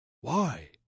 Why